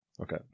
Okay